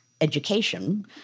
education